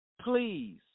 Please